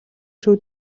шүү